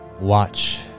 watch